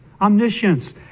omniscience